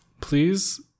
please